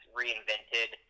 reinvented